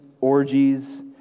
orgies